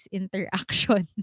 interaction